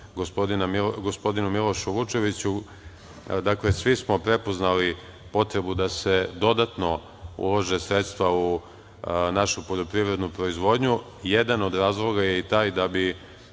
gospodinu Milošu Vučeviću, dakle, svi smo prepoznali potrebu da se dodatno ulože sredstva u našu poljoprivrednu proizvodnju jedan od razloga je i taj da bi